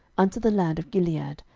unto the land of gilead,